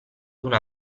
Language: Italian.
una